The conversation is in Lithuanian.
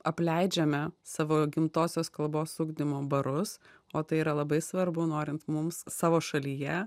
apleidžiame savo gimtosios kalbos ugdymo barus o tai yra labai svarbu norint mums savo šalyje